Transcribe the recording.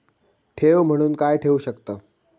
ठेव म्हणून काय ठेवू शकताव?